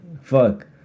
Fuck